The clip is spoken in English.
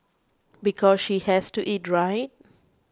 because she has to eat right